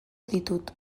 ditut